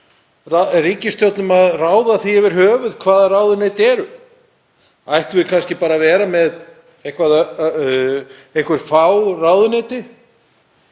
ríkisstjórnum að ráða því yfir höfuð hvaða ráðuneyti eru? Ættum við kannski bara að vera með einhver fá ráðuneyti?